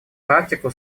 практику